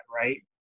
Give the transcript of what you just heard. right